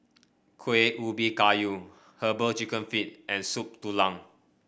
Kuih Ubi Kayu herbal chicken feet and Soup Tulang